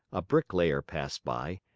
a bricklayer passed by,